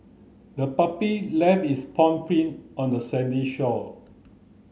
the puppy left its paw print on the sandy shore